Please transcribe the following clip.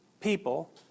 people